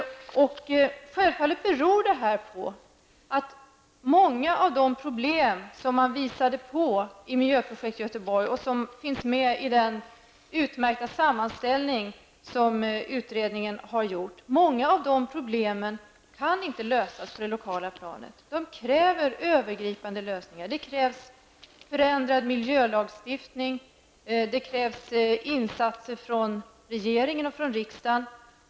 Det här beror självfallet på att många av de problem som påvisades i Miljöprojekt Göteborg och som tas upp i den utmärkta sammanställning som utredningen har gjort, inte kan lösas på det lokala planet. Det krävs övergripande lösningar. Det krävs förändrad miljölagstiftning och insatser från regeringen och riksdagen.